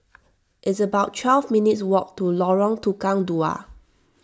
it's about twelve minutes' walk to Lorong Tukang Dua